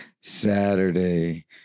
Saturday